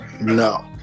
No